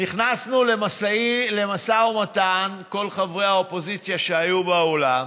נכנסנו למשא ומתן, כל חברי האופוזיציה שהיו באולם,